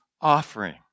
offering